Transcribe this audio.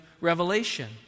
Revelation